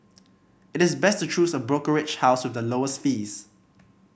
it is best to choose a brokerage house with the lowest fees